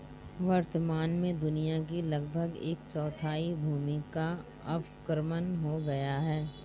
वर्तमान में दुनिया की लगभग एक चौथाई भूमि का अवक्रमण हो गया है